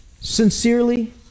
Sincerely